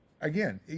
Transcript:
again